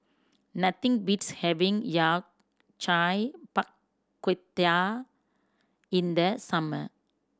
nothing beats having Yao Cai Bak Kut Teh in the summer